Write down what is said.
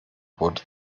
wurde